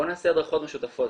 בואו נעשה הדרכות משותפות.